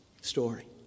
story